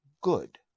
good